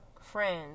friends